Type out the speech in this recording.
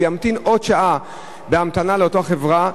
הוא ימתין עוד שעה בהמתנה לאותה חברה,